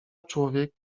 człowiek